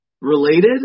Related